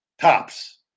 Tops